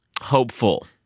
hopeful